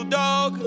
dog